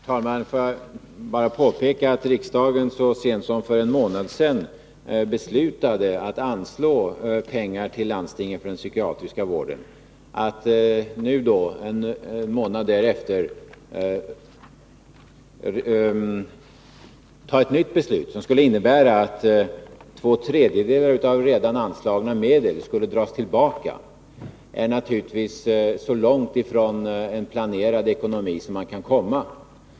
Herr talman! Låt mig påpeka att riksdagen så sent som för en månad sedan beslöt anslå pengar till landstingen för den psykiatriska vården. Att nu, en månad senare, fatta ett nytt beslut innebärande att två tredjedelar av redan anslagna medel skall dras tillbaka, är naturligtvis så långt ifrån en planerad ekonomi som man kan komma.